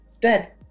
dead